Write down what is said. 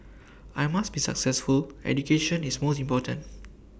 I must be successful education is most important